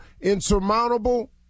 insurmountable